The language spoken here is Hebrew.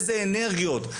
איזה אנרגיות,